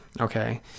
Okay